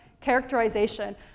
characterization